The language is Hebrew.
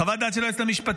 חוות דעת של היועצת המשפטית,